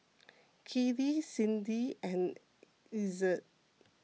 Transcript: Kelli Cindi and Ezzard